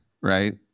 right